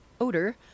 odor